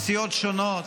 מסיעות שונות,